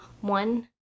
one